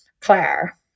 Claire